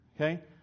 okay